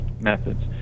methods